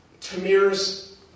Tamir's